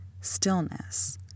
Stillness